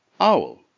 Owl